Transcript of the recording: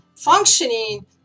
Functioning